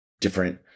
different